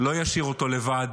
לא אשאיר אותו לבד.